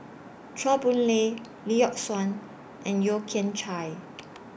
Chua Boon Lay Lee Yock Suan and Yeo Kian Chai